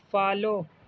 follow